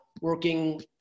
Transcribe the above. working